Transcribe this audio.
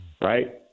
right